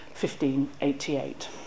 1588